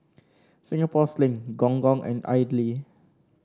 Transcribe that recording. Singapore Sling Gong Gong and idly